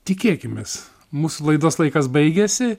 tikėkimės mūsų laidos laikas baigėsi